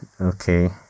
okay